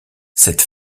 cette